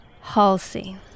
Halsey